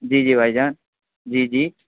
جی جی بھائی جان جی جی